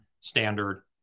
Standard